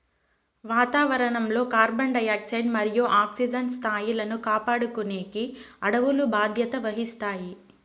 వాతావరణం లో carbon dioxide మరియు ఆక్సిజన్ స్థాయిలను కాపాడుకునేకి అడవులు బాధ్యత వహిస్తాయి